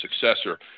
successor